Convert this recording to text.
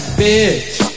bitch